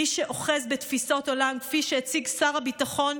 מי שאוחז בתפיסות עולם כפי שהציג שר הביטחון,